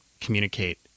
communicate